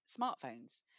smartphones